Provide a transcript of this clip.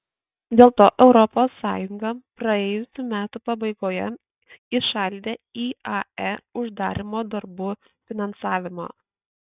dėl to europos sąjunga praėjusių metų pabaigoje įšaldė iae uždarymo darbų finansavimą